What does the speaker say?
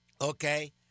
Okay